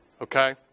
okay